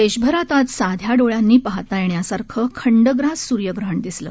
देशभरात आज साध्या डोळ्यांनी पाहता येण्यासारखं खंडग्रास सुर्यग्रहण दिसलं